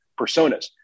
personas